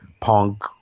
punk